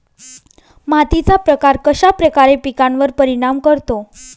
मातीचा प्रकार कश्याप्रकारे पिकांवर परिणाम करतो?